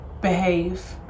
behave